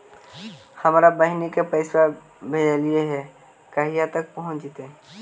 हमरा बहिन के पैसा भेजेलियै है कहिया तक पहुँच जैतै?